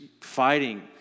fighting